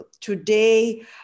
Today